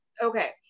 okay